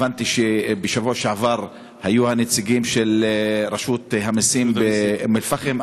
הבנתי שבשבוע שעבר היו הנציגים של רשות המסים באום-אלפחם,